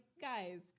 guys